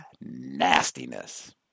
nastiness